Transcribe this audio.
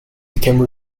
became